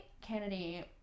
Kennedy